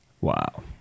Wow